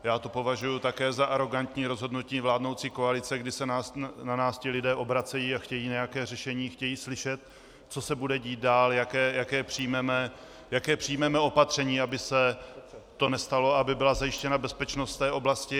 Já to považuji také za arogantní rozhodnutí vládnoucí koalice, kdy se na nás lidé obracejí a chtějí nějaké řešení, chtějí slyšet, co se bude dít dál, jaké přijmeme opatření, aby se to nestalo a aby byla zajištěna bezpečnost oblasti.